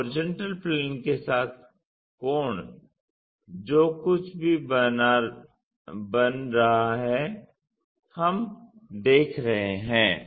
तो HP के साथ कोण जो कुछ भी बना रहा है हम देख रहे हैं